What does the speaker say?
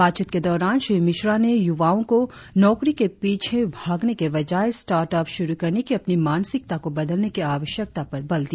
बातचीत के दौरान डॉ मिश्रा ने युवाओ के बीच नौकरी के पीछे भागने के बजाय स्टर्टअप शुरु करने की अपनी मानसिकता को बदलने की आवश्यकता पर बल दिया